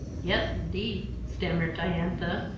yes, indeed, stammered diantha,